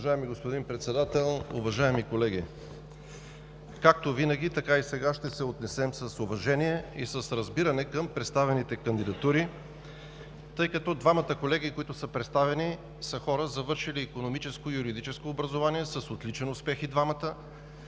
Уважаеми господин Председател, уважаеми колеги! Както винаги, така и сега, ще се отнесем с уважение и с разбиране към представените кандидатури, тъй като двамата колеги, които са представени, са хора завършили икономическо и юридическо образование с отличен успех – и двамата.